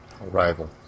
Arrival